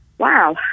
Wow